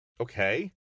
Okay